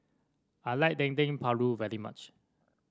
I like Dendeng Paru very much